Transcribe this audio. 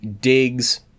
digs